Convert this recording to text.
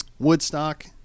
Woodstock